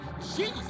jesus